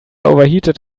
overheated